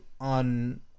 on